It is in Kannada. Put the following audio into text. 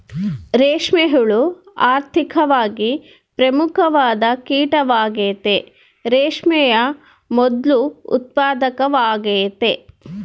ರೇಷ್ಮೆ ಹುಳ ಆರ್ಥಿಕವಾಗಿ ಪ್ರಮುಖವಾದ ಕೀಟವಾಗೆತೆ, ರೇಷ್ಮೆಯ ಮೊದ್ಲು ಉತ್ಪಾದಕವಾಗೆತೆ